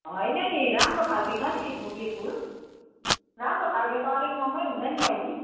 होइन नि राम्रो खालके छ नि थुङ्गे फुल राम्रो खालके त अलिक महँगै हुन्छ नि बहिनी